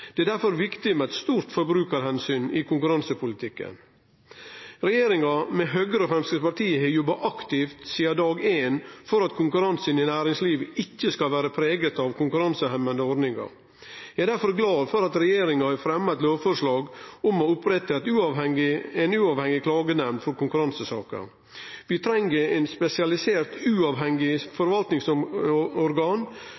Det er difor viktig med eit stort forbrukaromsyn i konkurransepolitikken. Regjeringa, med Høgre og Framstegspartiet, har jobba aktivt sidan dag éin for at konkurransen i næringslivet ikkje skal vere prega av konkurransehemmande ordningar. Eg er difor glad for at regjeringa har fremja eit lovforslag om å opprette ei uavhengig klagenemnd for konkurransesaker. Vi treng eit spesialisert og uavhengig